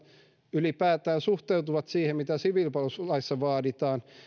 ylipäätään suhteutuvat siihen mitä siviilipalveluslaissa vaaditaan